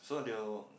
so they will